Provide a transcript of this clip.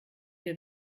wir